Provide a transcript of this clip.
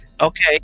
Okay